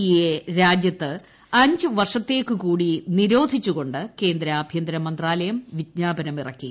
ഇയെ രാജ്യത്ത് അഞ്ച് പ്രിർഷിത്തേക്ക് കൂടി നിരോധിച്ച് കൊണ്ട് കേന്ദ്ര ആഭ്യന്തര മന്ത്രാലയം വിജ്ഞാപനമിറക്കി